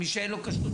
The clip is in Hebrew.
מי שאין לו כשרות,